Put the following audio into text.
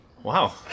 Wow